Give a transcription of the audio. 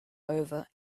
over